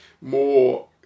more